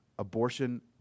Abortion